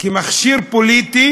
כמכשיר פוליטי